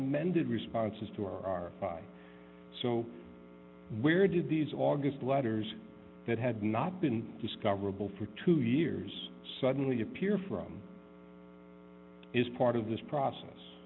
amended responses to our by so where did these august letters that had not been discoverable for two years suddenly appear from is part of this process